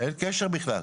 אין קשר בכלל.